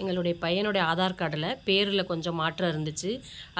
எங்களுடைய பையனுடைய ஆதார் கார்டில் பேரில் கொஞ்சம் மாற்றம் இருந்துச்சு